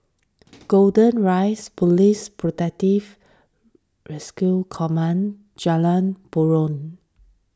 Golden Rise Police Protective Rescue Command Jalan Purong